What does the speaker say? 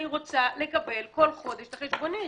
אני רוצה לקבל כל חודש את החשבונית.